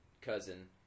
cousin